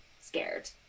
scared